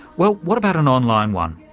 well, what about an online one?